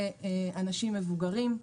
זה אנשים מבוגרים,